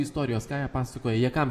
istorijos ką jie pasakoja jie kam